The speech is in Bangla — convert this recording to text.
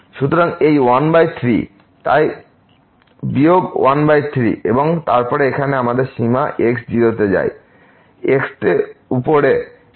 সুতরাং এই 13 তাই বিয়োগ 13 এবং তারপরে এখানে আমাদের সীমা x 0 তে যায় x তে উপরে x2